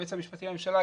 היועץ המשפטי לממשלה,